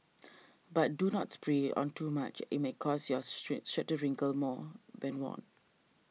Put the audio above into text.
but do not spray on too much it may cause your street shirt to wrinkle more been worn